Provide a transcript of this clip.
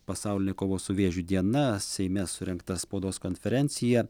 pasaulinė kovos su vėžiu diena seime surengta spaudos konferencija